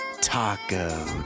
Taco